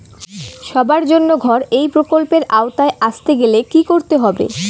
সবার জন্য ঘর এই প্রকল্পের আওতায় আসতে গেলে কি করতে হবে?